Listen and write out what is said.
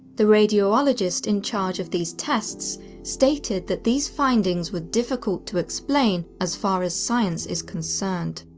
the radiologist in charge of these tests stated that these findings were difficult to explain as far as science is concerned.